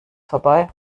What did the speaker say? vorbei